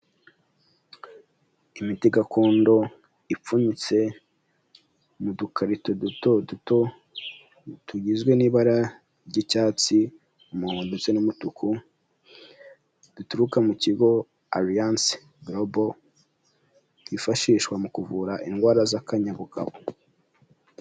Imiti gakondo ipfunyitse mu dukarito duto duto, tugizwe n'ibara ry'icyatsi, umuhondo ndetse n'umutuku, duturuka mu kigo ''Alliance Global''; twifashishwa mu kuvura indwara z'akanyabugabo.